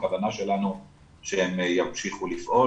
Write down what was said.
הכוונה שלנו שהן ימשיכו לפעול,